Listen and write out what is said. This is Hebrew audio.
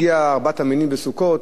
כשהגיע עניין ארבעת המינים בסוכות,